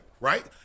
right